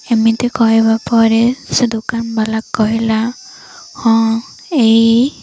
ଏମିତି କହିବା ପରେ ସେ ଦୋକାନବାଲା କହିଲା ହଁ ଏଇ